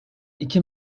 iki